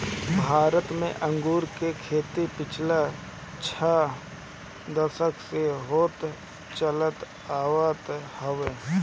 भारत में अंगूर के खेती पिछला छह दशक से होत चलत आवत हवे